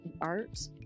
art